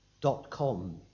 dot-com